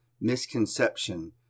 misconception